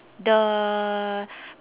the